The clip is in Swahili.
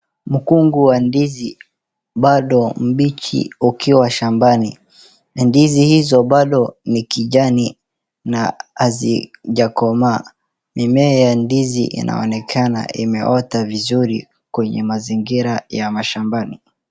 Mkungu wa ndizi bado mbichi ukiwa shambani. Ndizi hizo bado ni kijani na hazijakomaa. Mimea ya ndizi inaonekana imeota vizuri kwenye mazingira ya mashambani.